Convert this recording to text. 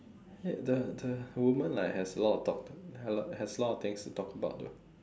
the the woman like has a lot of topic has a lot of things to talk about though